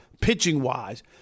pitching-wise